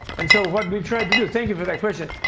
and so what we've tried to do thank you for that question.